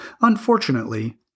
Unfortunately